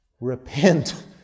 repent